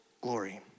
glory